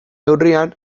neurrian